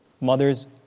Mothers